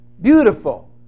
beautiful